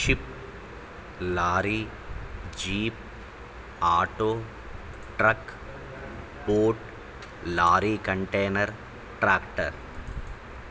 ship lorry jeep auto truck boat lorry container tractor